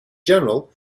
general